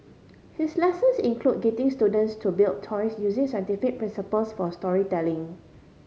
his lessons include getting students to build toys using scientific principles for storytelling